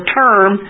term